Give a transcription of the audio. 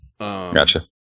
Gotcha